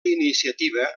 iniciativa